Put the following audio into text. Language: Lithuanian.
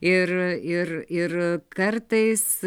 ir ir ir kartais